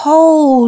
Hold